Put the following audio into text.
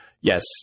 yes